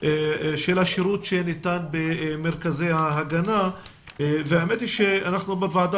של השירות שניתן במרכזי ההגנה והאמת היא שאנחנו בוועדה